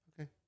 Okay